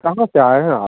कहाँ से आए हैं आप